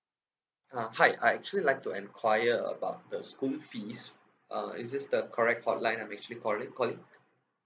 uh hi I actually like to enquire about the school fees uh is this the correct hotline I'm actually calling calling